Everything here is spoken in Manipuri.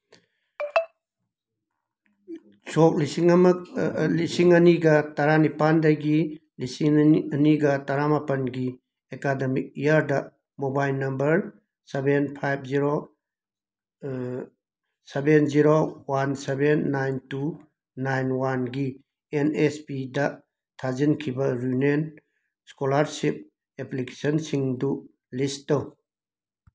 ꯁꯣꯛ ꯂꯤꯁꯤꯡ ꯑꯅꯤꯒ ꯇꯔꯥꯅꯤꯄꯥꯟꯗꯒꯤ ꯂꯤꯁꯤꯡ ꯑꯅꯤꯒ ꯇꯔꯥꯃꯥꯄꯟꯒꯤ ꯑꯦꯀꯥꯗꯃꯤꯛ ꯏꯌꯥꯔꯗ mobile number seven five zero seven zero one seven nine two nine ꯋꯥꯟꯒꯤ ꯑꯦꯟ ꯅꯦꯁ ꯄꯤꯗ ꯊꯥꯖꯤꯟꯈꯤꯕ ꯔꯤꯅ꯭ꯌꯨꯋꯦꯜ ꯏꯁꯀꯣꯂꯥꯔꯁꯤꯞ ꯑꯦꯄ꯭ꯂꯤꯀꯦꯁꯟꯁꯤꯡꯗꯨ ꯂꯤꯁ ꯇꯧ